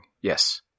Yes